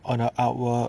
on a artwork